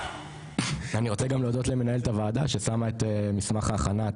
אני רוצה גם להודות למנהלת הוועדה ששמה את מסמך ההכנה,